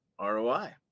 ROI